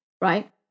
right